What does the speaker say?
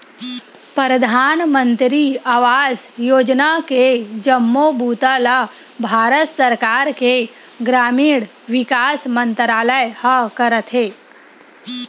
परधानमंतरी आवास योजना के जम्मो बूता ल भारत सरकार के ग्रामीण विकास मंतरालय ह करथे